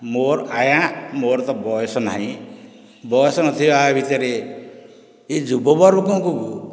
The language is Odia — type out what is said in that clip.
ମୋର ଆଜ୍ଞା ମୋର ତ ବୟସ ନାହିଁ ବୟସ ନ ଥିବା ଭିତରେ ଏହି ଯୁବବର୍ଗଙ୍କୁ